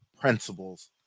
principles